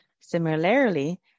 Similarly